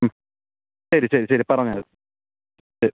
ശരി ശരി ശരി പറഞ്ഞേര് ശരി